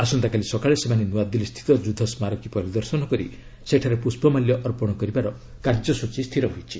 ଆସନ୍ତାକାଲି ସକାଳେ ସେମାନେ ନୂଆଦିଲ୍ଲୀ ସ୍ଥିତ ଯୁଦ୍ଧ ସ୍କାରକୀ ପରିଦର୍ଶନ କରି ସେଠାରେ ପୁଷ୍ପମାଲ୍ୟ ଅର୍ପଣ କରିବାର କାର୍ଯ୍ୟସୂଚୀ ସ୍ଥିର ହୋଇଛି